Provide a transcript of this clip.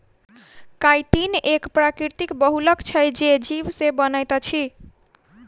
chitin एक प्राकृतिक बहुलक छै जे जीव से बनैत अछि